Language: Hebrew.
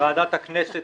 ועדת הכנסת